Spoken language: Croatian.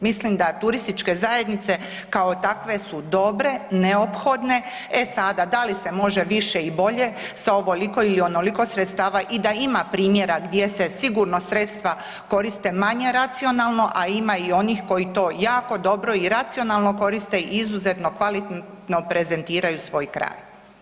Mislim da turističke zajednice kao takve su dobre, neophodne, e sada da li se može više ili bolje sa ovoliko ili onoliko sredstava i da ima primjera gdje se sigurno sredstva koriste manje racionalno, a ima i onih koji to jako dobro i racionalno koriste i izuzetno kvalitetno prezentiraju svoj kraj.